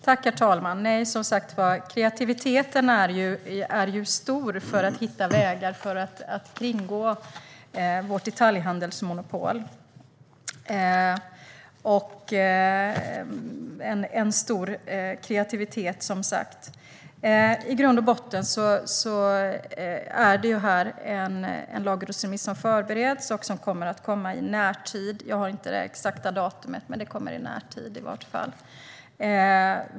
Herr talman! Som sagt är kreativiteten stor när det gäller att hitta vägar för att kringgå vårt detaljhandelsmonopol. I grund och botten förbereds en lagrådsremiss, som kommer i närtid. Jag har inte det exakta datumet, men det blir i varje fall i närtid.